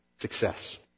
success